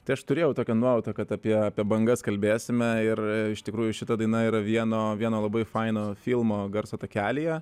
tai aš turėjau tokią nuojautą kad apie apie bangas kalbėsime ir iš tikrųjų šita daina yra vieno vieno labai faino filmo garso takelyje